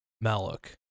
Malik